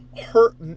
hurt